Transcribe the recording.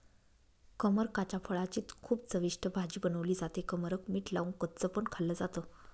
कमरकाच्या फळाची खूप चविष्ट भाजी बनवली जाते, कमरक मीठ लावून कच्च पण खाल्ल जात